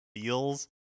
feels